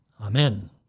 Amen